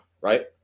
right